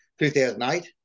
2008